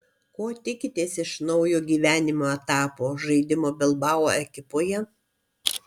ko tikitės iš naujo gyvenimo etapo žaidimo bilbao ekipoje